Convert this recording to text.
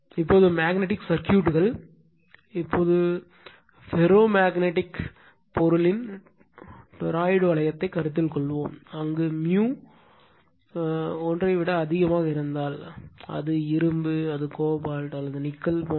இப்போது மேக்னட்டிக் சர்க்யூட்கள் இப்போது ஃபெரோ மேக்னட்டிக்ப் பொருளின் டொராய்டு வளையத்தைக் கருத்தில் கொள்வோம் அங்கு 1 ஐ விட அதிகமாக இருந்தால் அது இரும்பு அது கோபால்ட் மற்றும் நிக்கல் போன்றவை